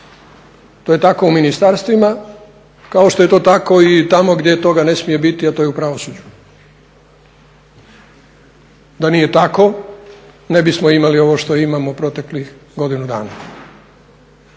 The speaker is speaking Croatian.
To je tako u ministarstvima kao što je to tako i tamo gdje toga ne smije biti, a to je u pravosuđu. Da nije tako ne bismo imali ovo što imamo proteklih godinu dana.